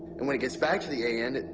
and when it gets back to the a end.